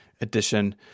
edition